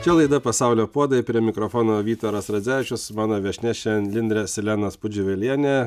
čia laida pasaulio puodai prie mikrofono vytaras radzevičius mano viešnia šiandien yra lindre silenas pudžiuvelienė